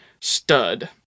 stud